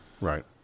Right